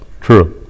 true